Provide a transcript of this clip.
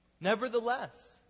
Nevertheless